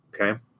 okay